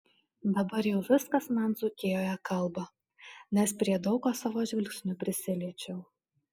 dabar jau viskas man dzūkijoje kalba nes prie daug ko savo žvilgsniu prisiliečiau